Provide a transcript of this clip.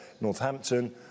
Northampton